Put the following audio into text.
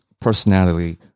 personality